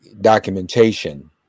documentation